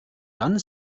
dann